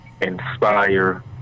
Inspire